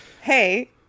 hey